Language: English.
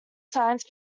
science